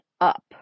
up